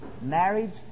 marriage